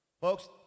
Folks